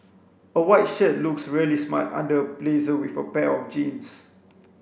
a white shirt looks really smart under a blazer with a pair of jeans